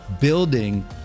building